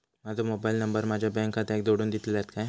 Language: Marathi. माजो मोबाईल नंबर माझ्या बँक खात्याक जोडून दितल्यात काय?